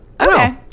okay